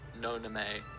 Noname